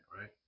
right